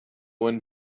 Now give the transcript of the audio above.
one